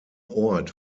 ort